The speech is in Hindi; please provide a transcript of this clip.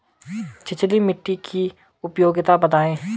छिछली मिट्टी की उपयोगिता बतायें?